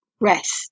rest